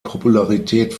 popularität